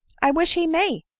i wish he may!